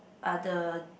other